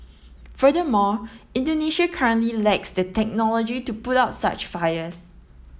furthermore Indonesia currently lacks the technology to put out such fires